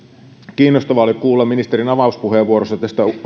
kiinnostavaa oli kuulla ministerin avauspuheenvuorosta